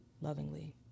lovingly